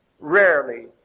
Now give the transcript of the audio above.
Rarely